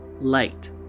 light